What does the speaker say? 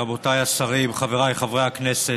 רבותיי השרים, חבריי חברי הכנסת,